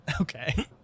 Okay